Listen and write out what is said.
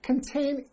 Contain